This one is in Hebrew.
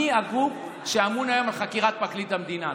מי הגוף שאמון היום על חקירת פרקליט המדינה?